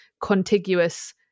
contiguous